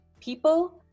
People